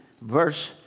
verse